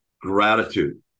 gratitude